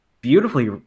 beautifully